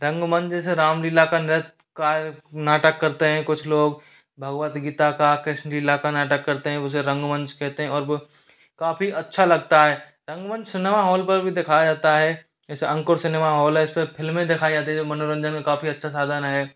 रंगमंच जैसे रामलीला का नृत्य का नाटक करते हैं कुछ लोग भगवद्गीता का कृष्ण लीला का नाटक करते हैं उसे रंगमंच कहते हैं और वह काफ़ी अच्छा लगता है रंगमंच सिनेमा हॉल पर भी दिखाया जाता है जैसे अंकुर सिनेमा हॉल है इस पर फ़िल्में दिखाइए मनोरंजन का काफ़ी अच्छा साधन है